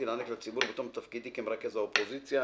להעניק לציבור בתום תפקידי כמרכז האופוזיציה.